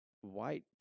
White